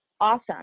awesome